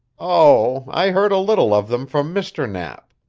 oh, i heard a little of them from mr. knapp.